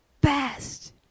best